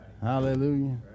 Hallelujah